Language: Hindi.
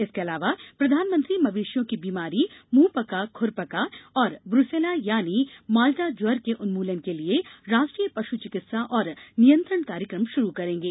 इसके अलावा प्रधानमंत्री मवेशियों की बीमारी मुंह पका खुर पका और ब्रसेला यानी माल्टा ज्वर के उन्मुलन के लिए राष्ट्रीय पश् चिकित्सा और नियंत्रण कार्यक्रम शुरू करेंगे